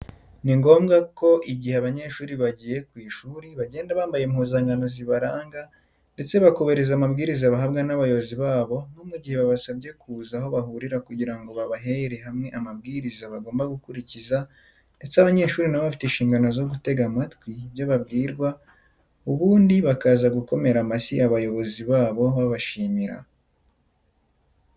Ni ngombwa ko igihe abanyeshuri bagiye ku ishuri bagenda bambaye impuzankano zibaranga ndetse bakubahiriza amabwiriza bahabwa n'abayobozi babo nko mu gihe babasabye kuza aho bahurira kugira ngo babahere hamwe amabwiriza bagomba gukurikiza ndetse abanyeshuri nabo bafite inshingano zo gutega amatwi ibyo babwirwa ubundi bakaza gukomera amashyi abayobozi babo babashimira.